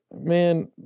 man